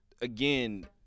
again